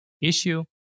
issue